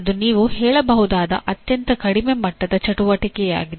ಅದು ನೀವು ಹೇಳಬಹುದಾದ ಅತ್ಯಂತ ಕಡಿಮೆ ಮಟ್ಟದ ಚಟುವಟಿಕೆಯಾಗಿದೆ